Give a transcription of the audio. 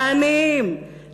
לעניים,